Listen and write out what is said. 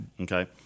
Okay